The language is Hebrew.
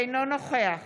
אינו נוכח